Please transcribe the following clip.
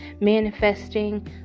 manifesting